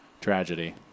tragedy